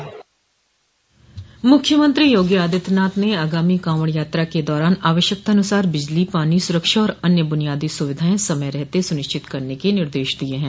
मुख्यमंत्री योगो आदित्यनाथ ने आगामी कांवड यात्रा के दौरान आवश्यकतानुसार बिजली पानी सुरक्षा और अन्य बुनियादी सुविधाएं समय रहते सुनिश्चित करने के निर्देश दिये हैं